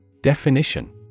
Definition